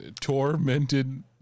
tormented